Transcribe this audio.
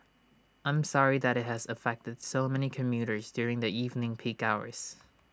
I'm sorry that IT has affected so many commuters during the evening peak hours